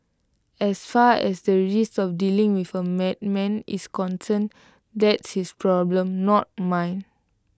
as far as the risk of dealing with A madman is concerned that's his problem not mine